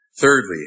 thirdly